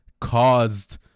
caused